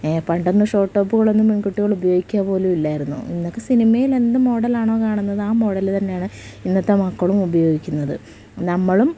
പണ്ടൊന്നും ഷോട്ട് ടോപ്പുകളൊന്നും പെൺകുട്ടികൾ ഉപയോഗിക്കുക പോലുമില്ലായിരുന്നു ഇന്നൊക്കെ സിനിമയിൽ എന്ത് മോഡലാണോ കാണുന്നത് ആ മോഡല് തന്നെയാണ് ഇന്നത്തെ മക്കളും ഉപയോഗിക്കുന്നത് നമ്മളും